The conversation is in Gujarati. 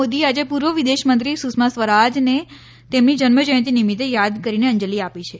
મોદીએ આજે પૂર્વ વિદેશમંત્રી સુષ્મા સ્વરાજને તેમની જન્મજ્યંતિ નિમિત્ત યાદ કરીને અંજલી આપી છે